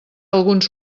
alguns